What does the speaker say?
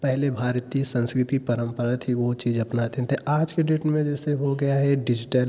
पहले भारतीय संस्कृति परंपरा थी वह चीज़ अपनाते थे आज के डेट में जैसे हो गया है डिजिटल